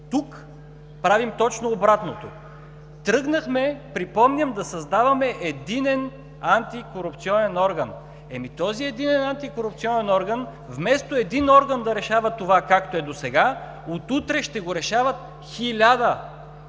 Тук правим точно обратното. Припомням: тръгнахме да създаваме „единен антикорупционен орган“! Ами с този антикорупционен орган, вместо един орган да решава това, както е досега, от утре ще го решават хиляда